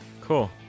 Cool